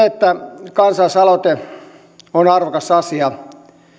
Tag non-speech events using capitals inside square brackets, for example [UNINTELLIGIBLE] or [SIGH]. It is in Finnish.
[UNINTELLIGIBLE] että kansalaisaloite on arvokas asia